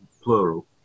plural